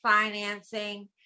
financing